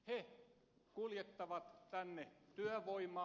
he kuljettavat tänne työvoimaa